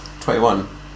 Twenty-one